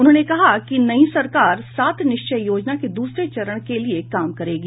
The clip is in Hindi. उन्होंने कहा कि नई सरकार सात निश्चय योजना के दूसरे चरण के लिए काम करेगी